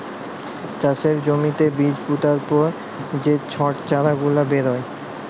চাষের জ্যমিতে বীজ পুতার পর যে ছট চারা গুলা বেরয়